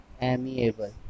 Amiable